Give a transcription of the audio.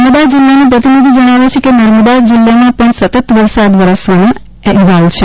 નર્મદા જિલ્લાના પ્રતિનિધિ જણાવે છે કે નર્મદા જિલ્લામાં પણ સતત વરસાદ વરસવાના અહેવાલ છે